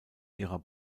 ihrer